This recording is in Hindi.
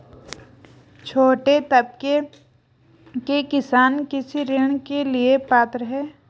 छोटे तबके के किसान कृषि ऋण के लिए पात्र हैं?